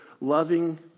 loving